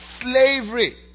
slavery